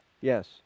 Yes